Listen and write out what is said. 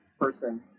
person